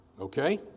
Okay